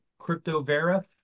CryptoVerif